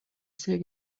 sehr